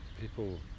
people